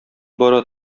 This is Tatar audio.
бара